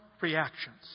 reactions